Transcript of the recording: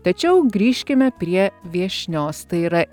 tačiau grįžkime prie viešnios tai yra